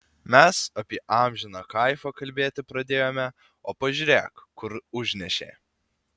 mes apie amžiną kaifą kalbėti pradėjome o pažiūrėk kur užnešė